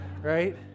right